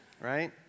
right